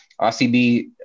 RCB